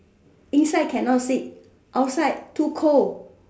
inside cannot sit outside too cold